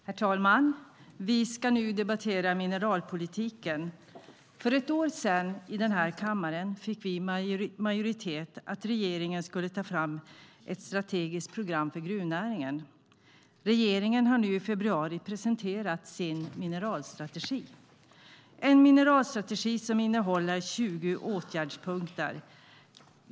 Herr talman! Vi ska nu debattera mineralpolitiken. För ett år sedan i denna kammare fick vi majoritet för att regeringen skulle ta fram ett strategiskt program för gruvnäringen. Regeringen har nu i februari presenterat sin mineralstrategi. Det är en mineralstrategi som innehåller 20 åtgärdspunkter.